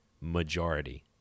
majority